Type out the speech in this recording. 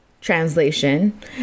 translation